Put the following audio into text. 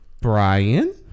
Brian